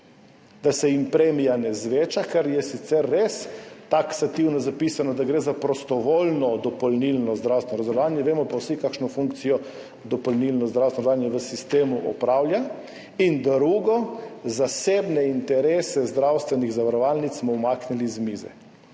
da se jim premija ne zveča, kar je sicer res taksativno zapisano, da gre za prostovoljno dopolnilno zdravstveno zavarovanje, vemo pa vsi, kakšno funkcijo dopolnilno zdravstveno zavarovanje v sistemu opravlja, in drugo, zasebne interese zdravstvenih zavarovalnic smo umaknili z mize.